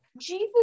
Jesus